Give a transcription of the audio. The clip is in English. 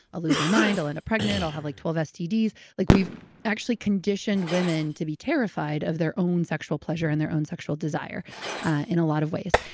i'll lose my mind. i'll end up pregnant. i'll have like twelve stds. like we've actually conditioned women to be terrified of their own sexual pleasure and their own sexual desire in a lot of ways.